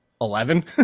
Eleven